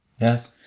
Yes